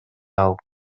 алып